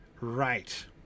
Right